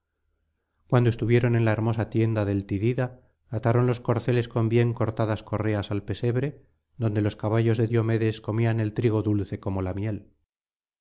cuando estuvieron en la hermosa tienda del tidida ataron los corceles con bien cortadas correas al pesebre donde los caballos de diomedes comían el trigo dulce como la miel